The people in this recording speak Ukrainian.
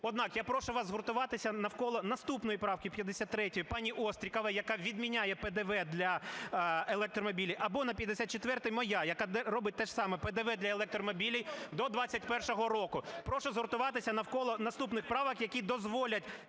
Однак я прошу вас згуртуватися навколо наступної правки 53 пані Острікової, яка відміняє ПДВ для електромобілів, або на 54-й (моя), яка робить те ж саме: ПДВ для електромобілів до 2021 року. Прошу згуртуватися навколо наступних правок, які дозволять